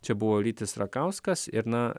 čia buvo rytis rakauskas ir na